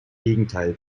gegenteil